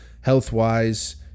health-wise